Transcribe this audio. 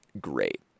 great